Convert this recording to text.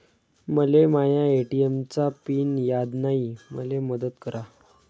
मले माया ए.टी.एम चा पिन याद नायी, मले मदत करा